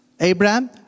Abraham